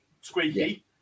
squeaky